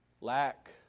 lack